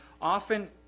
often